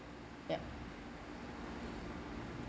yup